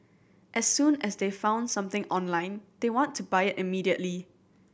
as soon as they've found something online they want to buy it immediately